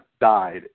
died